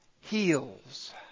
heals